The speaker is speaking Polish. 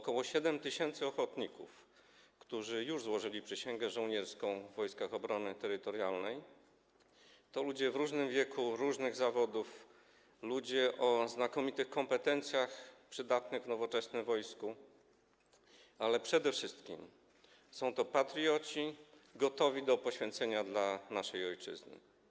Ok. 7 tys. ochotników, którzy już złożyli przysięgę żołnierską w Wojskach Obrony Terytorialnej, to ludzie w różnym wieku, różnych zawodów, ludzie o znakomitych kompetencjach przydatnych w nowoczesnym wojsku, ale przede wszystkim są to patrioci gotowi do poświęcenia dla naszej ojczyzny.